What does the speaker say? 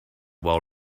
while